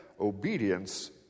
obedience